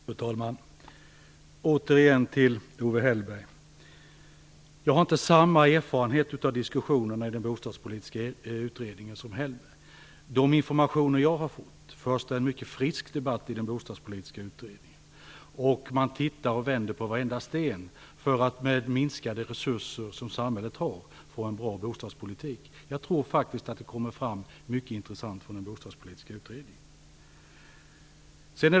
Fru talman! Återigen vill jag säga till Owe Hellberg att jag inte har samma erfarenhet av diskussionerna i den bostadspolitiska utredningen som han. Av de informationer jag har fått att döma förs det en mycket frisk debatt i den bostadspolitiska utredningen. Man tittar på och vänder på varenda sten för att med de minskade resurser som samhället har få en bra bostadspolitik. Jag tror faktiskt att det kommer att komma fram mycket intressant från den bostadspolitiska utredningen.